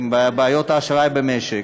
עם בעיות האשראי במשק,